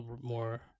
more